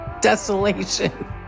desolation